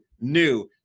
new